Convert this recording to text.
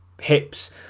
hips